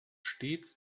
stets